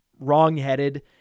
wrongheaded